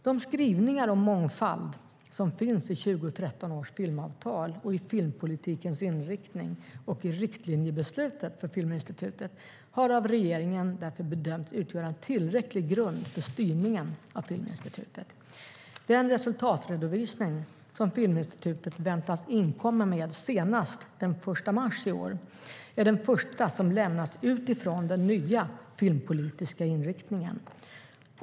De skrivningar om mångfald som finns i 2013 års filmavtal och i filmpolitikens inriktning samt i riktlinjebeslutet för Filminstitutet har av regeringen bedömts utgöra tillräcklig grund för styrningen av Filminstitutet. Den resultatredovisning som Filminstitutet väntas inkomma med senast den 1 mars i år är den första som lämnas utifrån den nya filmpolitiska inriktningen.